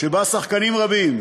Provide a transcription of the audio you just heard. שבה שחקנים רבים.